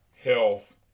health